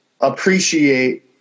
appreciate